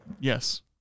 Yes